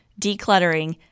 decluttering